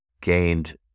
gained